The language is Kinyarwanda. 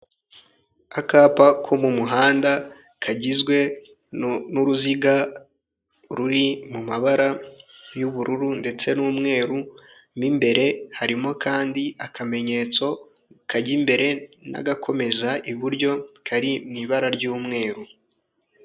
Akapa ko mu muhanda kagizwe n' uruziga ruri mu mabara y'ubururu ndetse n'umweru, mo imbere harimo kandi akamenyetso kajya imbere n'agakomeza iburyo kari mu ibara ry'umweru.